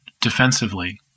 defensively